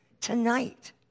tonight